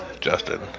Justin